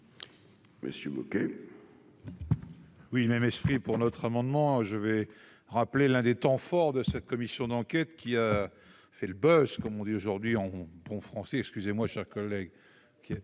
Monsieur Bouquet. Oui, même esprit pour notre amendement, je vais rappeler l'un des temps forts de cette commission d'enquête qui fait le Buzz comme on dit aujourd'hui on bon français excusez-moi chers collègues qui,